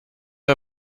are